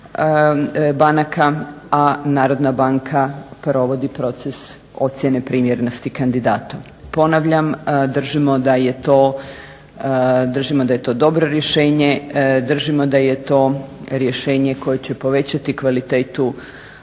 banaka, a Narodna banka provodi proces ocjene primjernosti kandidata. Ponavljam, držimo da je to dobro rješenje, držimo da je to rješenje koje će povećati kvalitetu